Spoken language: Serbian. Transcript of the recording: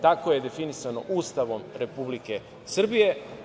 Tako je definisano Ustavom Republike Srbije.